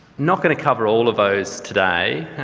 not going to cover all of those today.